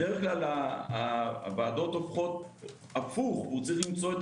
בדרך כלל הוועדות הולכות הפוך הוא צריך למצוא את